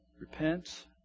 Repent